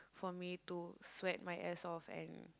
for me to sweat my ass off and